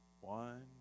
One